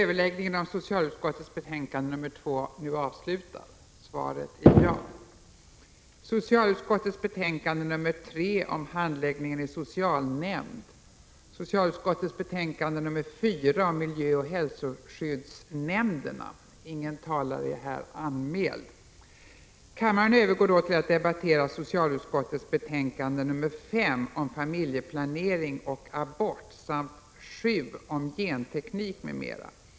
Beträffande socialutskottets betänkanden 3 och 4 är ingen talare anmäld. Kammaren övergår därför till att debattera socialutskottets betänkande 5 om familjeplanering och abort samt 7 om genteknik m.m.